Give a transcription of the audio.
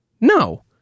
No